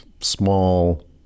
small